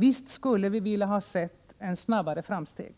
Visst skulle vi ha velat se snabbare framsteg,